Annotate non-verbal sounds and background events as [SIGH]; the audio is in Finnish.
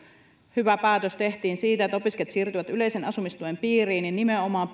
hyvä päätös siitä että opiskelijat siirtyvät yleisen asumistuen piiriin niin nimenomaan [UNINTELLIGIBLE]